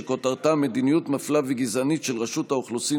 שכותרתה: מדיניות מפלה וגזענית של רשות האוכלוסין